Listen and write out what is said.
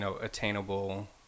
attainable